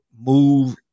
move